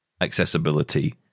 accessibility